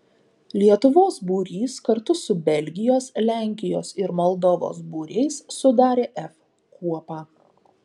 lietuvos būrys kartu su belgijos lenkijos ir moldovos būriais sudarė f kuopą